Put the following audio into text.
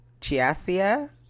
chiasia